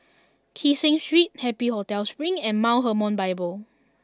Kee Seng Street Happy Hotel Spring and Mount Hermon Bible